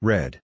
Red